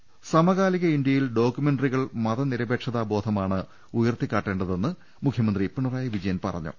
രുമ്പ്പെട്ടിര സമകാലിക ഇന്ത്യയിൽ ഡോക്യുമെന്ററികൾ മതനിരപേക്ഷതാ ബോധ മാണ് ഉയർത്തിക്കാട്ടേണ്ടതെന്ന് മുഖ്യമന്ത്രി പിണറായി വിജയൻ പറഞ്ഞു